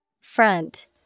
Front